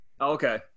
Okay